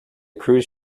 cruise